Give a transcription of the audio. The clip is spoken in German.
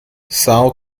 são